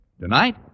Tonight